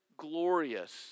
Glorious